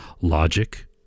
logic